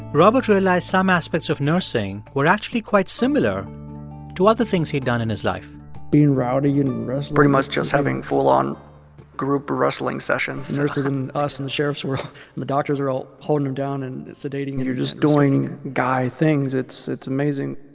robert realized some aspects of nursing were actually quite similar to other things he'd done in his life being rowdy and wrestling pretty much just having full-on group wrestling sessions nurses and us and the sheriffs and the doctors are all holding them down and sedating. you're just doing guy things. it's it's amazing